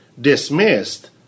dismissed